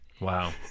Wow